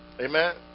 Amen